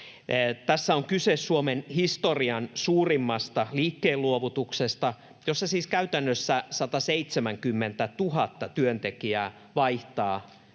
Tässä on kyse Suomen historian suurimmasta liikkeenluovutuksesta, jossa siis käytännössä 170 000 työntekijää vaihtaa